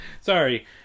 Sorry